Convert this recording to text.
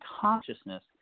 consciousness